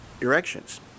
erections